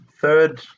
third